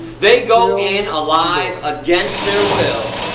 they go in alive, against their will,